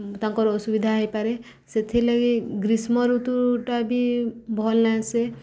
ତାଙ୍କର ଅସୁବିଧା ହେଇପାରେ ସେଥିର୍ଲାଗି ଗ୍ରୀଷ୍ମ ଋତୁଟା ବି ଭଲ୍ ନାଇଁ ସେ